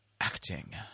acting